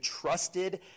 trusted